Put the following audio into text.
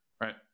Right